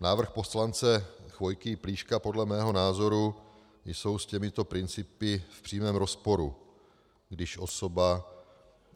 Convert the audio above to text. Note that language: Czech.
Návrhy poslance Chvojky i Plíška podle mého názoru jsou s těmito principy v přímém rozporu, když osoba,